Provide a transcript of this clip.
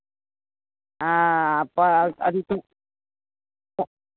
प अथि सब्